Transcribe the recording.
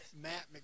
Matt